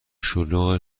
شلوغ